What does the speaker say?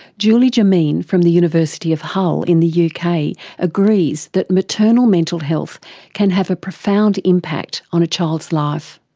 julie jomeen from the university of hull in the yeah uk agrees that maternal mental health can have a profound impact on a child's life.